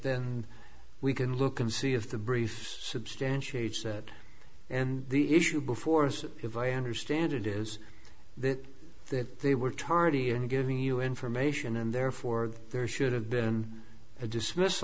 then we can look and see if the briefs substantiates that and the issue before us if i understand it is that that they were tardy in giving you information and therefore there should have been a dismiss